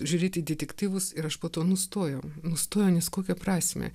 žiūrėti detektyvus ir aš po to nustojau nustojau nes kokią prasmę